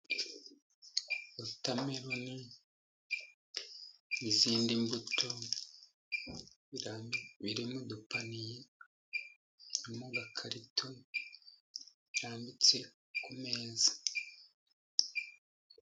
Wotamerune n'izindi mbuto, biri mu dupaniye no mugakarito, bitanditse ku meza.